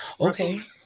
Okay